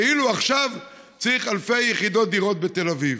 כאילו עכשיו צריך אלפי יחידות דירות בתל אביב.